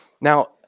Now